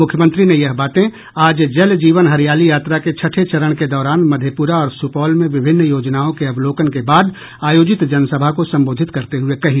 मुख्यमंत्री ने यह बातें आज जल जीवन हरियाली यात्रा के छठे चरण के दौरान मधेपुरा और सुपौल में विभिन्न योजनाओं के अवलोकन के बाद आयोजित जनसभा को संबोधित करते हुए कही